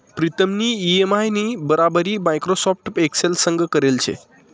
प्रीतमनी इ.एम.आय नी बराबरी माइक्रोसॉफ्ट एक्सेल संग करेल शे